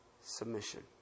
submission